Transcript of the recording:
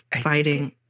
fighting